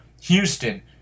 Houston